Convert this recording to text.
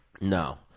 No